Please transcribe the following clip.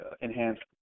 Enhanced